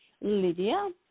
Lydia